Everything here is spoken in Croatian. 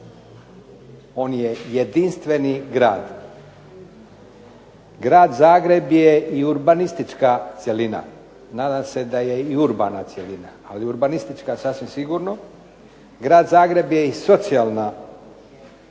on je jedinstveni grad. Grad Zagreb je i urbanistička cjelina, nadam se da je i urbana cjelina, ali urbanistička sasvim sigurno. Grad Zagreb je i socijalna zajednica